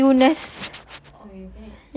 kayuness